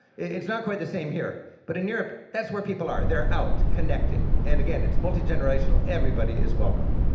it's not quite the same here, but in europe that's where people are. they're out connecting. and again, it's multi-generational, everybody is welcome.